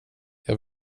jag